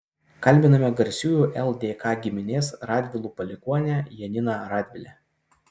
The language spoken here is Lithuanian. kalbiname garsiųjų ldk giminės radvilų palikuonę janiną radvilę